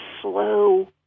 slow